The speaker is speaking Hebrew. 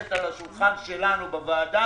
נמצאת על השולחן שלנו בוועדה